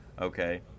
okay